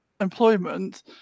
employment